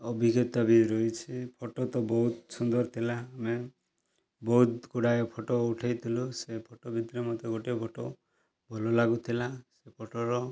ଅଭିଜ୍ଞତା ବି ରହିଛି ଫଟୋ ତ ବହୁତ ସୁନ୍ଦର ଥିଲା ଆମେ ବହୁତ ଗୁଡ଼ାଏ ଫଟୋ ଉଠେଇଥିଲୁ ସେ ଫଟୋ ଭିତରୁ ମୋତେ ଗୋଟିଏ ଫଟୋ ଭଲ ଲାଗୁଥିଲା ସେ ଫଟୋର